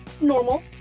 normal